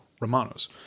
Romano's